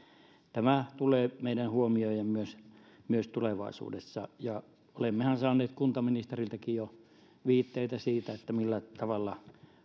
tämä tulee meidän huomioida myös tulevaisuudessa olemmehan saaneet kuntaministeriltäkin jo viitteitä siitä millä tavalla